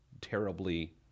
terribly